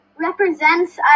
represents